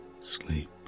sleep